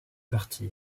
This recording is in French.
partir